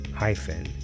hyphen